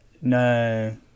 no